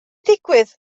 digwydd